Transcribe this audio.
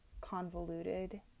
convoluted